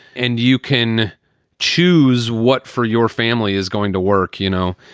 and you can choose what for your family is going to work, you know,